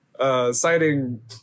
Citing